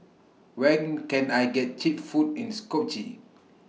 when Can I get Cheap Food in Skopje